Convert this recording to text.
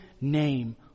name